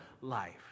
life